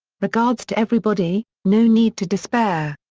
regards to everybody, no need to despair.